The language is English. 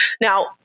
Now